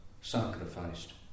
sacrificed